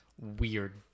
weird